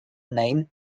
name